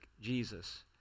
Jesus